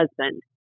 husband